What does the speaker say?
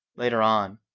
later on,